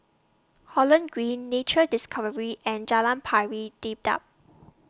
Holland Green Nature Discovery and Jalan Pari Dedap